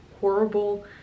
horrible